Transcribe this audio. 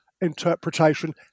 interpretation